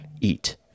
eat